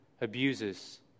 abuses